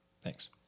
Thanks